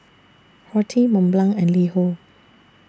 Horti Mont Blanc and LiHo